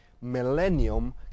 millennium